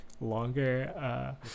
longer